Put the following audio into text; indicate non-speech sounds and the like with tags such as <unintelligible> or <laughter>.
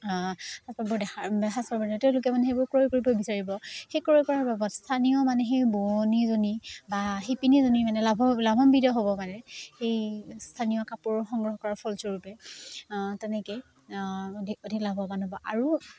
<unintelligible> তেওঁলোকে মানে সেইবোৰ ক্ৰয় কৰিব বিচাৰিব সেই ক্ৰয় কৰাৰ বাবত স্থানীয় মানে সেই বোৱনীজনী বা শিপিনীজনী মানে লাভাম্বিত হ'ব মানে সেই স্থানীয় কাপোৰৰ সংগ্ৰহ কৰাৰ ফলস্বৰূপে তেনেকে অধিক লাভৱান হ'ব আৰু